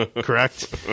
correct